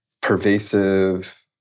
pervasive